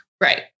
Right